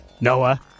Noah